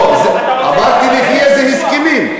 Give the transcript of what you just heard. לא, אמרתי לפי איזה הסכמים.